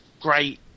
great